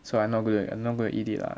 so I'm not going to I'm not going to eat it lah